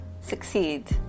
succeed